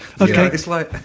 Okay